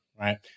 right